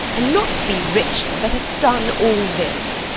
and not be richard that hath done all this.